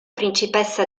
principessa